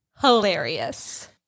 hilarious